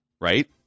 right